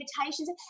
invitations